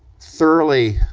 thoroughly,